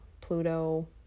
Pluto